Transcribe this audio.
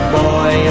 boy